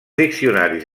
diccionaris